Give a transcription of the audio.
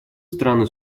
страны